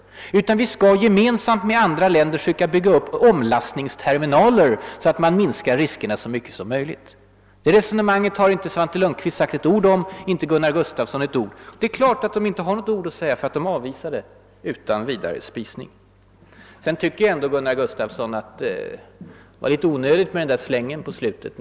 Vi skall i stället gemensamt med andra länder söka bygga upp omlastningsterminaler, så att man minskar riskerna så mycket som möjligt. Det resonemanget har inie Svante Lundkvist sagt ett ord om, inte Gunnar Gustafsson heller. De har inte något ord ait säga om den saken, därför att de avvisar förslaget utan vidare spisning. Vidare vill jag säga till Gunnar Gustafsson att jag tycker, att det var litet onödigt med den här slängen i slutet av hans anförande.